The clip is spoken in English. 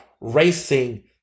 racing